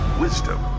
wisdom